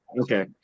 okay